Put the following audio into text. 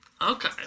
Okay